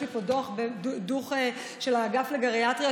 יש לי פה דוח של האגף לגריאטריה,